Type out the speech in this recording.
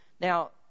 Now